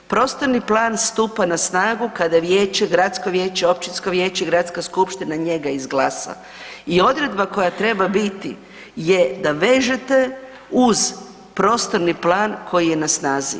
Prostorni plan stupa na snagu kada vijeće, gradsko vijeće, općinsko vijeće, gradska skupština njega izglasa i odredba koja treba biti je da vežete uz prostorni plan koji je na snazi.